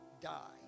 die